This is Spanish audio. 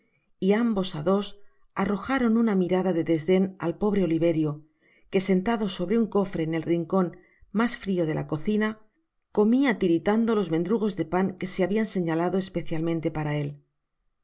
y ambos á dos arrojaron una mirada de desden al pobre oliverio que sentado sobre un cofre en el rincón mas frio de la cocina comia titiritando los mendrugos de pan que se habian señalado especialmente para él